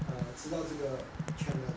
err 知道这个 channel 的